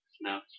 No